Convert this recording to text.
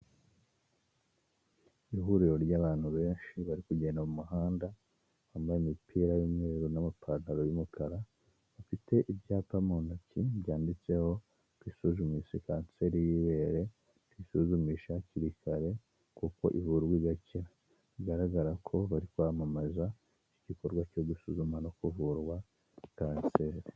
Ihuriro ry'abantu benshi bari kugenda mu muhanda, bambaye imipira y'umweru n'amapantalo y'umukara, bafite ibyapa mu ntoki byanditseho twisuzumishe kanseri y'ibere, twisuzumishe hakiri kare kuko ivurwa igakira. Bigaragara ko bari kwamamaza igikorwa cyo gusuzuma no kuvurwa kanseri.